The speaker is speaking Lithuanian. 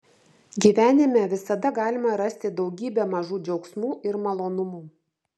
gyvenime visada galima rasti daugybę mažų džiaugsmų ir malonumų